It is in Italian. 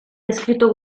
descritto